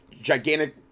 gigantic